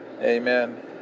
Amen